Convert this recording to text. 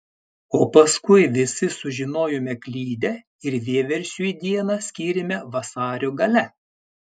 o paskui visi sužinojome klydę ir vieversiui dieną skyrėme vasario gale